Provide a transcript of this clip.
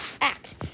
act